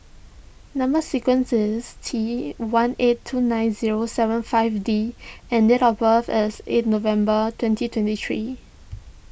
Number Sequence is T one eight two nine zero seven five D and date of birth is eight November twenty twenty three